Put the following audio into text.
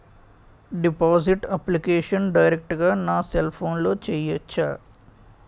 Deposit application direct గా నా cell ఫోన్లో చెయ్యచా?